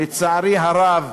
לצערי הרב,